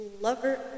lover